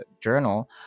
journal